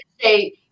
say